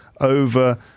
over